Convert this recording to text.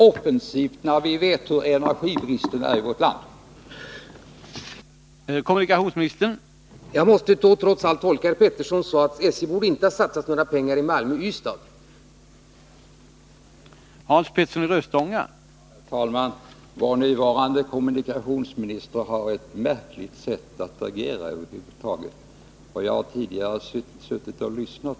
I stället borde man, med tanke på energibristen i vårt land, göra en offensiv satsning i detta sammanhang.